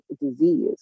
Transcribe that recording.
disease